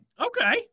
okay